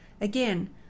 Again